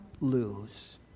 lose